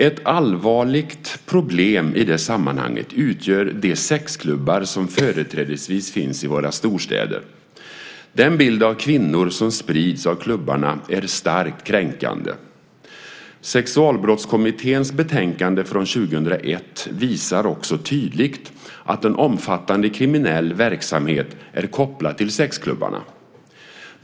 Ett allvarligt problem i det sammanhanget utgör de sexklubbar som företrädesvis finns i våra storstäder. Den bild av kvinnor som sprids av klubbarna är starkt kränkande. Sexualbrottskommitténs betänkande från 2001 visar också tydligt att en omfattande kriminell verksamhet är kopplad till sexklubbarna.